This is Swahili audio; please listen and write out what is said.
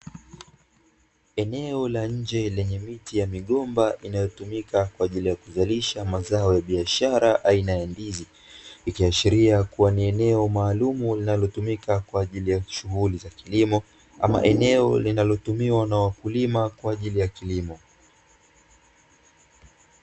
Eneo la nje lenye miti ya migomba linalotumika kwaajili kuzalisha mazao ya biashara aina ya ndizi, ikiashiria kuwa ni eneo maalumu linalotuma kwaajili ya shughuli za kilimo, ama eneo linalotumiwa na wakulima kwaajili ya kilimo.